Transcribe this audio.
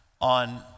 on